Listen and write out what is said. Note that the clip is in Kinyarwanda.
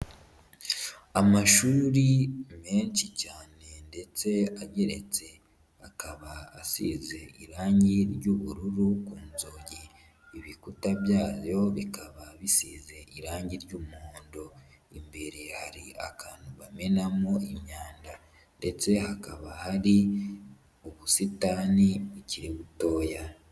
Amashuri menshi cyane ndetse ageretse akaba asize irangi ry'ubururu ku ibikuta byayo bikaba bisize irangi ry'umuhondo, imbere hari akantu bamenamo imyanda ndetse hakaba hari ubusitani butoya.